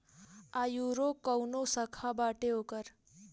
आयूरो काऊनो शाखा बाटे ओकर